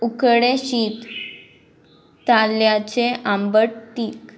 उकडे शीत ताल्याचे आंबट तीक